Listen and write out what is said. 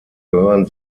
gehören